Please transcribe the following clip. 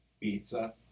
pizza